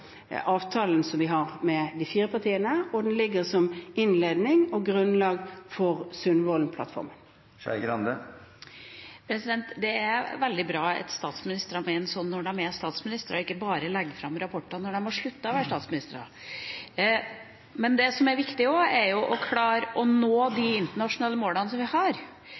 og grunnlag for Sundvolden-plattformen. Det er veldig bra at statsministre mener dette når de er statsministre, og ikke bare legger fram rapporter når de har sluttet å være statsministre. Men det som også er viktig, er å klare å nå de internasjonale målene som vi har.